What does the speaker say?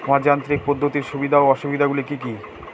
অযান্ত্রিক পদ্ধতির সুবিধা ও অসুবিধা গুলি কি কি?